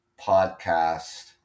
podcast